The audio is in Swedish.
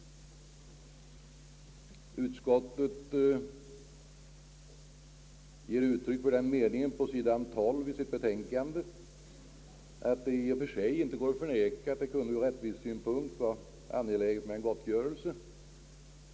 Utskottet ger uttryck för den meningen på sid. 12 i sitt betänkande, att det i och för sig inte går att förneka att det från rättvisesynpunkt kunde te sig berättigat med en gottgörelse.